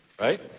right